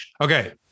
Okay